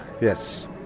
Yes